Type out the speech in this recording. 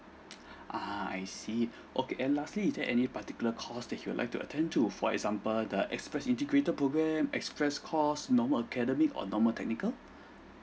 uh I see okay and lastly is there any particular course that he would like to attend to for example the express integrated program express course normal academic or normal technical